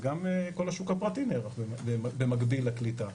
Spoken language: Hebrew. וגם כל השוק הפרטי נערך במקביל לקליטה.